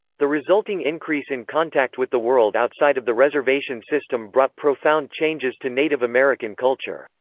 the resulting increase in contact with the world outside of the reservation system brought profound changes to native american culture.